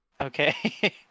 Okay